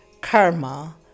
karma